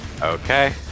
Okay